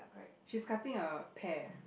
she's cutting a pear